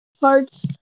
parts